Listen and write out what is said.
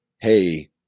hey